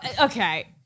Okay